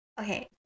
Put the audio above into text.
okay